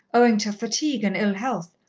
owing to fatigue and ill health.